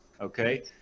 Okay